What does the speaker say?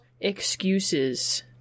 excuses